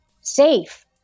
safe